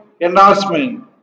endorsement